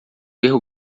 erro